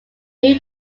new